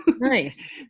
Nice